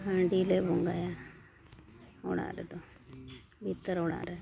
ᱦᱟᱺᱰᱤ ᱞᱮ ᱵᱚᱸᱜᱟᱭᱟ ᱚᱲᱟᱜ ᱨᱮᱫᱚ ᱵᱷᱤᱛᱟᱹᱨ ᱚᱲᱟᱜ ᱨᱮ